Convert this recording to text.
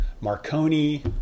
Marconi